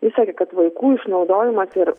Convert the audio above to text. jis sakė kad vaikų išnaudojimas ir